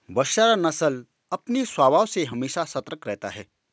बसरा नस्ल अपने स्वभाव से हमेशा सतर्क रहता है